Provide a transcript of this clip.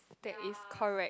that is correct